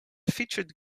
featured